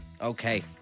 Okay